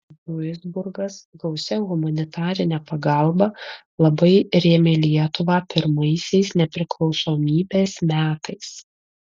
duisburgas gausia humanitarine pagalba labai rėmė lietuvą pirmaisiais nepriklausomybės metais